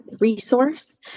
resource